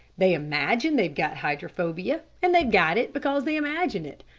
they imagine they've got hydrophobia, and they've got it because they imagine it.